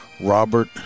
Robert